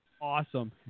Awesome